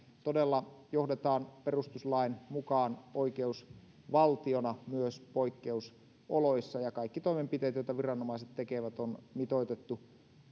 todella johdetaan perustuslain mukaan oikeusvaltiona myös poikkeusoloissa ja kaikki toimenpiteet joita viranomaiset tekevät on mitoitettu